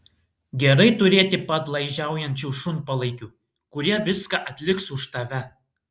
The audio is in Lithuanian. gerai turėti padlaižiaujančių šunpalaikių kurie viską atliks už tave